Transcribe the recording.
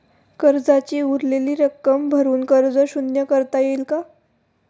कर्जाची उरलेली रक्कम भरून कर्ज शून्य करता येईल का?